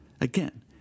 Again